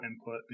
input